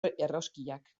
erroskillak